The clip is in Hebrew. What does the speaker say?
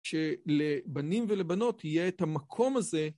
שלבנים ולבנות יהיה את המקום הזה.